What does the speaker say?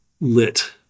lit